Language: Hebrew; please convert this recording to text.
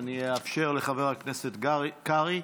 אאפשר לחבר הכנסת קרעי